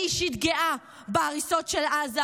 אני אישית גאה בהריסות של עזה,